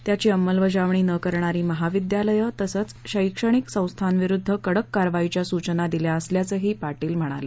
त्याची अंमलबजावणी न करणारी महाविद्यालयं तसंच शैक्षणिक संस्थांविरुद्ध कडक कारवाईच्या सूचना दिल्या असल्याचंही पाटील म्हणाले